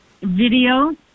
video